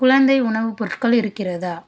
குழந்தை உணவுப் பொருட்கள் இருக்கிறதா